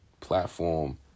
platform